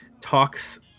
talks